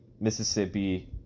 Mississippi